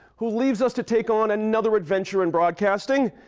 who leaves us to take on another adventure in broadcasting.